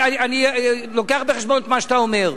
אני מביא בחשבון את מה שאתה אומר.